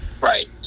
Right